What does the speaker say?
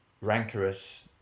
rancorous